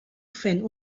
fent